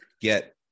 get